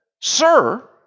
Sir